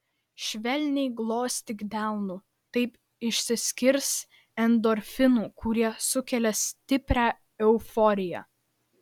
švelniai glostyk delnu taip išsiskirs endorfinų kurie sukelia stiprią euforiją